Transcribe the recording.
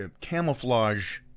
camouflage